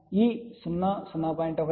కాబట్టి మనం ఈ 0 0